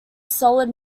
solid